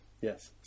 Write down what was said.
Yes